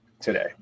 today